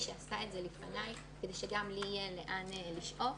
שעשתה את זה לפניהן כדי שגם להן יהיה לאן לשאוף,